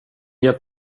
hjälp